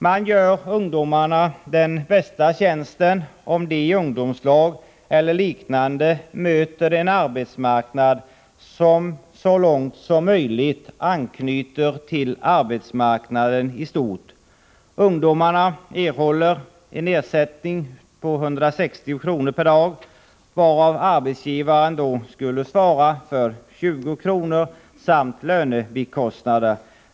Man gör ungdomarna den bästa tjänsten om man i ungdomslag eller liknande låter dem möta en arbetsmarknad som så långt som möjligt anknyter till arbetsmarknaden i stort. Ungdomarna erhåller en ersättning om 160 kr. per dag, varav arbetsgivaren skulle svara för 20 kr. samt lönebikostnader.